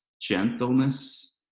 gentleness